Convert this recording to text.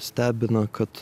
stebina kad